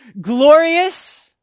glorious